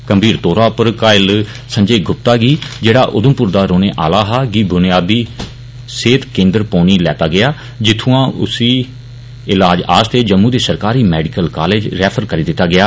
गंभीर तौर उप्पर घायल संजय गुप्ता गी जे उधमपुर दा रौहने आला हा गी बुनियादी सेहत केन्द्र पौनी लैता गेआ जित्थुआ उसी इलाज आस्ते जम्मू दे सरकारी मैडिकल कालेज रेफर करी दिता गेआ